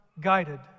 guided